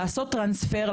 לעשות טרנספר,